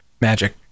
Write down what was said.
Magic